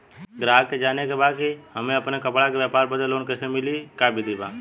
गराहक के जाने के बा कि हमे अपना कपड़ा के व्यापार बदे लोन कैसे मिली का विधि बा?